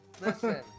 Listen